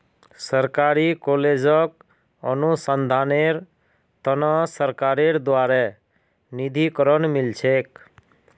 सरकारी कॉलेजक अनुसंधानेर त न सरकारेर द्बारे निधीकरण मिल छेक